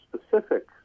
specific